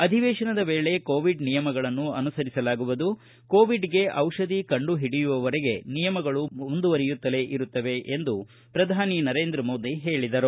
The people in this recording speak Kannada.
ಅಧಿವೇಶನದ ವೇಳೆ ಕೋವಿಡ್ನ ನಿಯಮಗಳನ್ನು ಅನುಸರಿಸಲಾಗುವುದು ಕೋವಿಡ್ಗೆ ಔಷಧಿ ಕಂಡುಹಿಡಿಯುವವರೆಗೆ ನಿಯಮಗಳು ಮುಂದುವರಿಯುತ್ತಲೇ ಇರುತ್ತವೆ ಎಂದು ಪ್ರಧಾನಿ ನರೇಂದ್ರ ಮೋದಿ ಹೇಳಿದರು